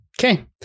Okay